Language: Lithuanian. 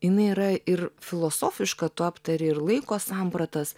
jinai yra ir filosofiška tu aptari ir laiko sampratas